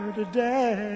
today